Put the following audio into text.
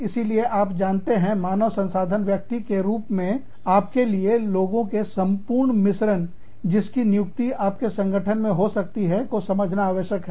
इसीलिए आप जानते हैं मानव संसाधन व्यक्ति के रूप में आपके लिए लोगों के संपूर्ण मिश्रण जिसकी नियुक्ति आपके संगठन में हो सकती है को समझना आवश्यक है